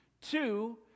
Two